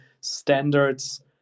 standards